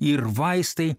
ir vaistai